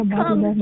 come